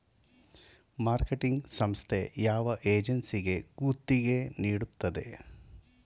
Marketing ಸಂಸ್ಥೆ ಯಾವ ಏಜೆನ್ಸಿಗೆ ಗುತ್ತಿಗೆ ನೀಡುತ್ತದೆ?